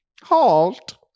Halt